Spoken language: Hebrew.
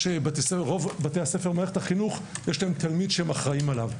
רוב בתי הספר במערכת החינוך יש תלמיד שאחראים עליו.